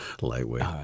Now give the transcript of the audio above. Lightweight